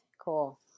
Cool